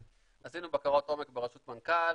עשינו בקרות עומק בראשות מנכ"ל